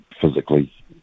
physically